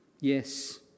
yes